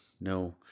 No